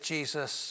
Jesus